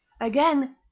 Again